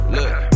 Look